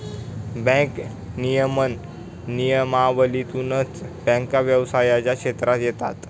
bank नियमन नियमावलीतूनच बँका व्यवसायाच्या क्षेत्रात येतात